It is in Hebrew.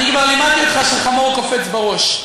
אני כבר לימדתי אותך שחמור קופץ בראש.